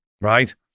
right